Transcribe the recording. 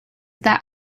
that